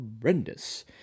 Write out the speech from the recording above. horrendous